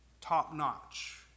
top-notch